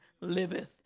liveth